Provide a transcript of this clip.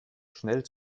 schnell